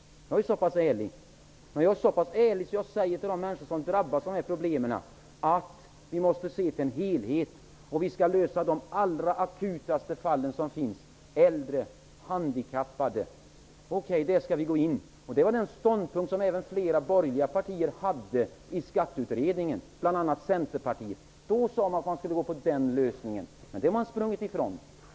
Jag är så pass ärlig att jag säger till de människor som drabbas av dessa problem att vi måste se till helheten och att vi skall lösa de allra akutaste fallen -- äldre och handikappade. Den ståndpunkten hade även flera borgerliga i utredningen, bl.a. centerpartisterna. Då sade man att man skulle gå på den lösningen, men den har man sprungit ifrån.